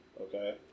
Okay